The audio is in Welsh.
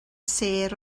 sêr